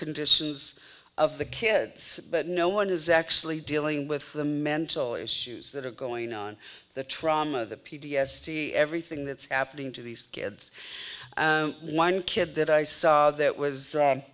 conditions of the kids but no one is actually dealing with the mental issues that are going on the trauma of the p t s d everything that's happening to these kids one kid that i saw that was